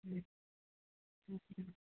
हँ हँ